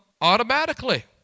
automatically